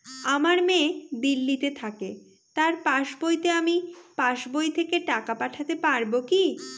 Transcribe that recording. আমার মেয়ে দিল্লীতে থাকে তার পাসবইতে আমি পাসবই থেকে টাকা পাঠাতে পারব কি?